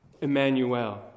Emmanuel